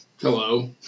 Hello